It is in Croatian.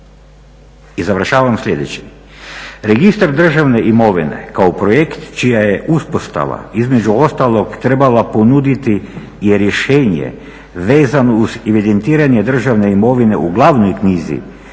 I završavam sljedećim. Registar državne imovine kao projekt čija je uspostava između ostalog trebala ponuditi je rješenje vezano uz evidentiranje državne imovine u glavnoj knjizi